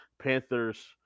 Panthers